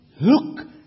look